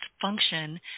function